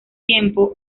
tiempo